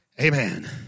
Amen